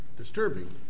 disturbing